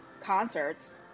concerts